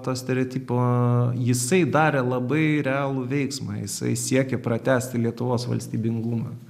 to stereotipo jisai darė labai realų veiksmą jisai siekė pratęsti lietuvos valstybingumą